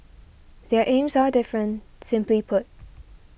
their aims are different simply put